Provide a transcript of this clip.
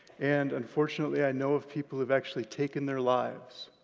and, unfortunately, i know of people who've actually taken their lives